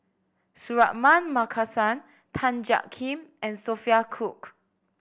Suratman Markasan Tan Jiak Kim and Sophia Cooke